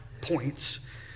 points